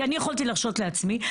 כי אני יכולתי להרשות לעצמי,